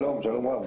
שלום, שלום רב.